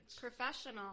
Professional